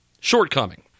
shortcoming